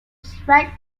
strike